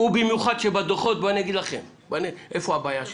ובמיוחד שבדוחות בוא אני אגיד לכם איפה הבעיה שלכם: